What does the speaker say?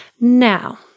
Now